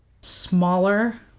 smaller